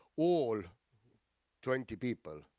all twenty people